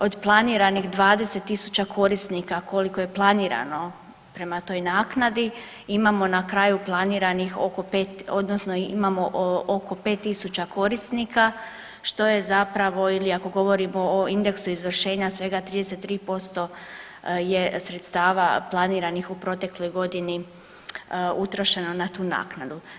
Od planiranih 20.000 korisnika koliko je planirano prema toj naknadi imamo na kraju planiranih oko 5 odnosno imamo oko 5.000 korisnika što je zapravo ili ako govorimo o indeksu izvršenja svega 33% je sredstva planiranih u protekloj godini utrošeno na tu naknadu.